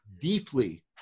deeply